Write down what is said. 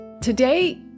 Today